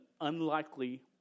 unlikely